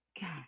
god